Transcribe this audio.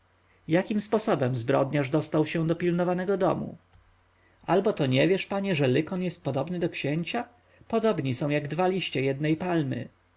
jakim sposobem zbrodniarz dostał się do pilnowanego domu albo to nie wiesz panie że lykon jest podobny do księcia podobni są jak dwa liście jednej palmy